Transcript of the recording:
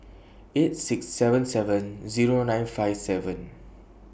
eight six seven seven Zero nine five seven